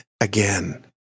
again